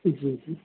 ਜੀ ਜੀ